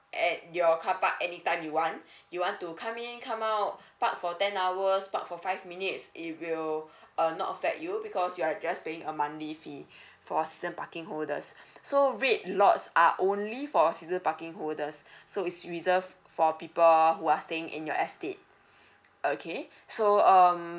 at your carpark anytime you want you want to come in come out park for ten hours park for five minutes it will err not affect you because you are just paying a monthly fee for season parking holders so red lots are only for a season parking holders so is reserved for people who are staying in your estate okay so um